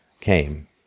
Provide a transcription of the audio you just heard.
came